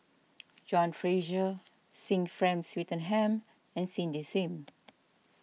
John Fraser Sir Frank Swettenham and Cindy Sim